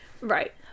Right